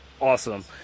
awesome